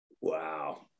Wow